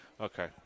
Okay